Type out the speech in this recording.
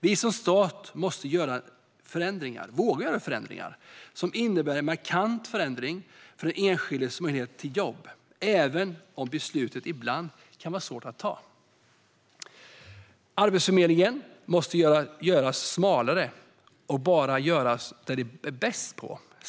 Vi som stat måste våga göra förändringar som innebär en markant förändring för den enskildes möjlighet till jobb, även om besluten ibland kan vara svåra att ta. Arbetsförmedlingen måste göras smalare och bara göra det som man är bäst på.